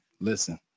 listen